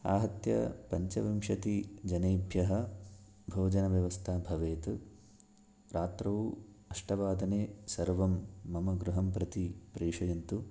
आहत्य पञ्चविंशतिजनेभ्यः भोजनव्यवस्था भवेत् रात्रौ अष्टवादने सर्वं मम गृहं प्रति प्रेषयन्तु